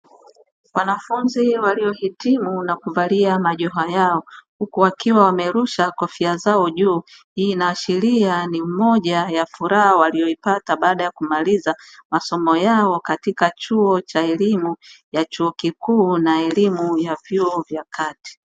Wanafunzi waliohitimu na kuvalia majoho yao huku wakiwa wamerusha kofia zao juu, hii inaashiria ni moja ya furaha waliyoipata baada ya kumaliza masomo yao katika chuo cha elimu ya chuo kikuu na elimu ya vyuo vya kati.